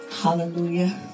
hallelujah